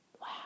wow